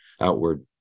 outward